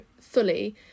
fully